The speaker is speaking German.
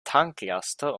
tanklaster